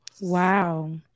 Wow